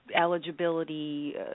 eligibility